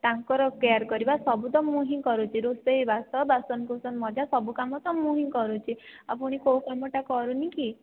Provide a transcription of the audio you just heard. ତାଙ୍କର କେୟାର କରିବା ସବୁ ତ ମୁଁ ହିଁ କରୁଛି ରୋଷେଇବାସ ବାସନକୁସନ ମଜ୍ଜା ସବୁକାମ ତ ମୁଁ ହିଁ କରୁଛି ଆଉ ପୁଣି କେଉଁ କାମଟା କରୁନିକି